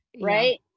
Right